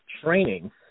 training